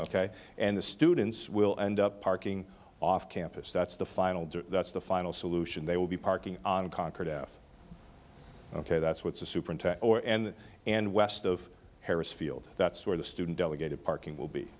ok and the students will end up parking off campus that's the final that's the final solution they will be parking on concord f ok that's what's to superintend or and and west of harris field that's where the student delegated parking will be